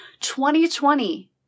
2020